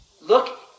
look